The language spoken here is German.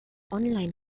online